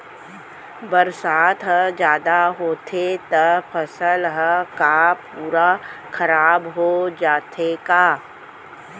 बरसात ह जादा होथे त फसल ह का पूरा खराब हो जाथे का?